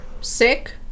sick